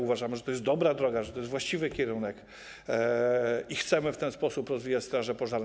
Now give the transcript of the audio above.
Uważamy, że to jest dobra droga, że to jest właściwy kierunek, i chcemy w ten sposób rozwijać straże pożarne.